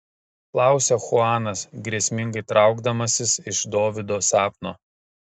klausia chuanas grėsmingai traukdamasis iš dovydo sapno